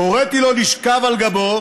הוריתי לו לשכב על גבו.